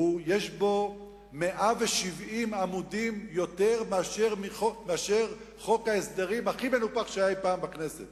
יש בו 170 עמודים יותר מאשר בחוק ההסדרים הכי מנופח שהיה אי-פעם בכנסת.